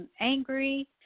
angry